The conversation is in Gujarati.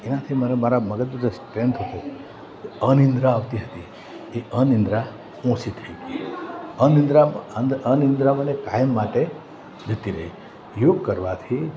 એનાથી મને મારા મગજનું જે સ્ટ્રેન્થ હતું અનિંદ્રા આવતી હતી એ અનિંદ્રા ઓછી થઈ ગઈ અનિંદ્રા અ અનિંદ્રા મને કાયમ માટે જતી રહી યોગ કરવાથી